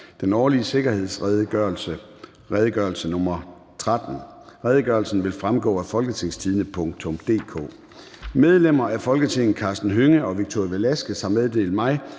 (Den årlige retssikkerhedsredegørelse). (Redegørelse nr. R 13). Redegørelsen vil fremgå af www.folketingstidende.dk. Medlemmer af Folketinget Karsten Hønge (SF) og Victoria Velasquez (EL) har meddelt mig,